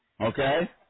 Okay